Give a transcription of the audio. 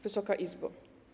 Wysoka Izbo!